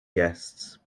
guests